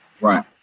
right